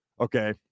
Okay